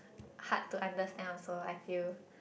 hard to understand also I feel